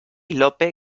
lope